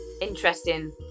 interesting